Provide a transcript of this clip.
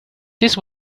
this